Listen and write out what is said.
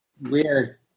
Weird